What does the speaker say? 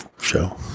show